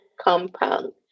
compound